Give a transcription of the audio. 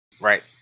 Right